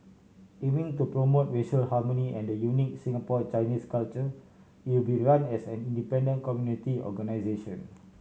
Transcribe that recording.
aiming to promote racial harmony and the unique Singapore Chinese culture it will be run as an independent community organisation